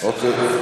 בהצלחה.